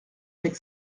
avec